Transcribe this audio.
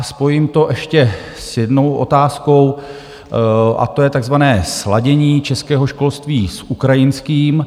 Spojím to ještě s jednou otázkou, a to je takzvané sladění českého školství s ukrajinským.